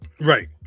Right